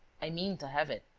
i mean to have it.